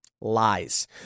Lies